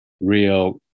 real